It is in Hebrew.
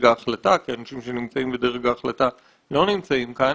ההחלטה כי האנשים שנמצאים בדרג ההחלטה לא נמצאים כאן,